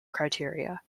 criteria